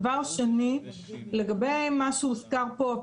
דבר שני לגבי מה שהוזכר פה,